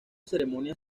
ceremonia